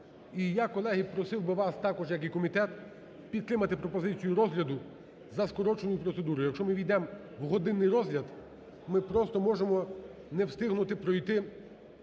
І я, колеги, просив би вас, також як і комітет, підтримати пропозицію розгляду за скороченою процедурою. Якщо ми ввійдемо в годинний розгляд, ми просто можемо не встигнути пройти